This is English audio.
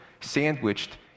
sandwiched